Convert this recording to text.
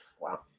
Wow